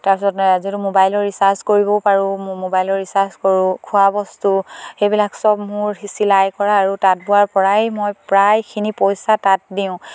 তাৰপিছত যিটো মোবাইলৰ ৰিচাৰ্জ কৰিব পাৰোঁ মোৰ মোবাইলৰ ৰিচাৰ্জ কৰোঁ খোৱা বস্তু সেইবিলাক চব মোৰ চিলাই কৰা আৰু তাঁত বোৱাৰ পৰাই মই প্ৰায়খিনি পইচা তাত দিওঁ